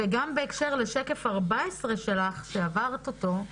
גם בהקשר לשקף 14 שלך, שעברת אותו,